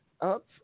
up